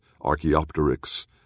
Archaeopteryx